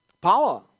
Power